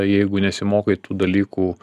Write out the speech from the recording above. jeigu nesimokai tų dalykų